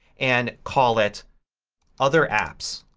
and call it other apps.